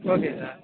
okay sir